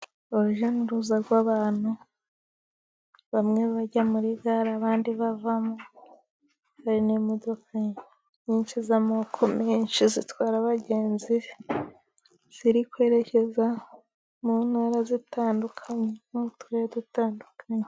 Urujyanuruza rw' abantu bamwe bajya muri gare, abandi bavamo hari n' imodoka nyinshi z' amoko menshi zitwara abagenzi ziri kwerekeza mu ntara zitandukanye n' uturere dutandukanye.